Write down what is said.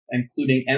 including